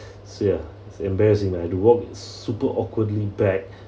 so ya it's embarrassing I had to walk super awkwardly back